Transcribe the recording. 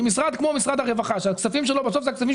אם משרד כמו משרד הרווחה שהכספים שלו הם הכספים